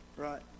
Right